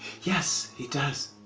yes, he does,